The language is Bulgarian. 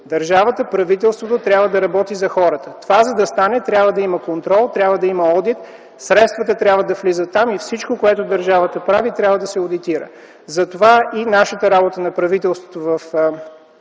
държавата правителството трябва да работи за хората. За да стане това трябва да има контрол, трябва да има одит, средствата трябва да влизат там и всичко, което държавата прави трябва да се одитира. Затова и нашата работа на правителството в